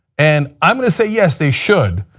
and um and say yes they should,